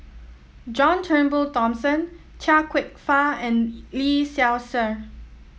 John Turnbull Thomson Chia Kwek Fah and Lee Seow Ser